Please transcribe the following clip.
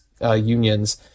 unions